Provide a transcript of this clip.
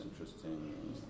interesting